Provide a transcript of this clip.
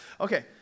Okay